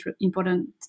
important